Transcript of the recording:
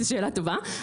שאלה טובה,